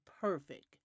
perfect